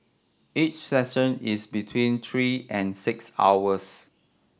each session is between three and six hours